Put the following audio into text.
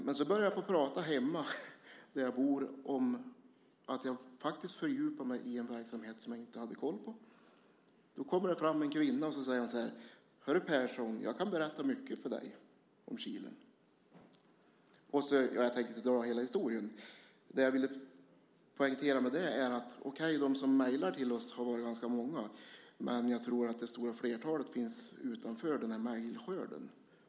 Men så började jag tala hemma där jag bor om att jag börjat fördjupa mig i en verksamhet jag inte hade koll på. Då kommer det fram en kvinna som säger: Hör du, Per, jag kan berätta mycket för dig om Kilen. Jag tänker inte dra hela historien. Vad jag vill poängtera är att de som mejlat till oss har varit ganska många, men det stora flertalet finns utanför mejlskörden.